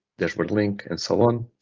dashboard link, and so on,